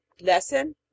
Lesson